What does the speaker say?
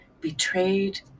betrayed